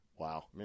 Wow